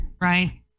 right